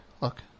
look